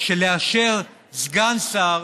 של לאשר סגן שר